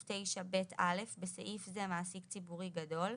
9ב(א) (בסעיף זה מעסיק ציבורי גדול),